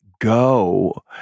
go